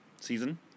Season